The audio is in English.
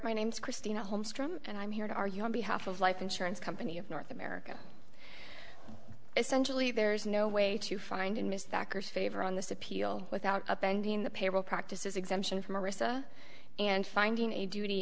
my name's christina holmstrom and i'm here to argue on behalf of life insurance company of north america essentially there is no way to find an ms that has favor on this appeal without abandoning the payroll practices exemption from arista and finding a duty